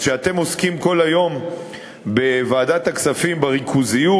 כשאתם עוסקים כל היום בוועדת הכספים בריכוזיות,